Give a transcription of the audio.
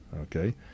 okay